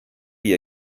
wie